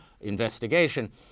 investigation